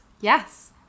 Yes